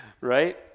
right